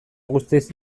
guztiz